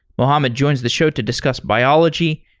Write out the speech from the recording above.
mohammed joins the show to discuss biology,